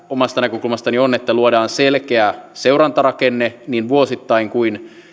omasta näkökulmastani on että luodaan selkeä seurantarakenne niin vuosittain kuin